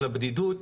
הבדידות,